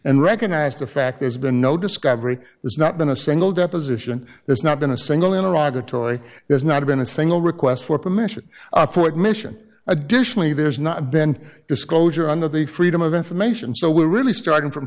and recognize the fact there's been no discovery there's not been a single deposition there's not been a single in iraq a toy there's not been a single request for permission for admission additionally there's not been disclosure under the freedom of information so we're really starting from